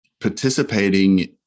participating